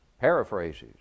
paraphrases